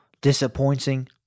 disappointing